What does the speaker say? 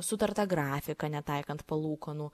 sutartą grafiką netaikant palūkanų